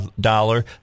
dollar